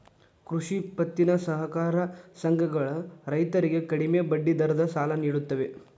ಕೃಷಿ ಪತ್ತಿನ ಸಹಕಾರ ಸಂಘಗಳ ರೈತರಿಗೆ ಕಡಿಮೆ ಬಡ್ಡಿ ದರದ ಸಾಲ ನಿಡುತ್ತವೆ